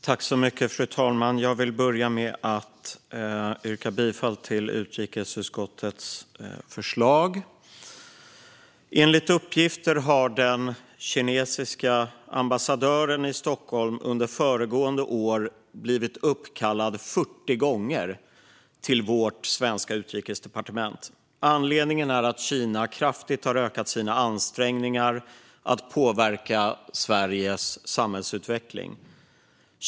Fru talman! Jag vill börja med att yrka bifall till utrikesutskottets förslag. Enligt uppgifter har den kinesiske ambassadören i Stockholm under föregående år blivit uppkallad 40 gånger till vårt svenska utrikesdepartement. Anledningen är att Kina kraftigt har ökat sina ansträngningar att påverka Sveriges samhällsutveckling.